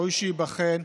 ראוי שייבחן,